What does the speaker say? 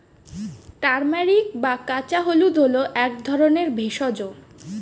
turmeric বা কাঁচা হলুদ হল এক ধরনের ভেষজ